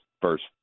first